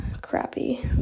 crappy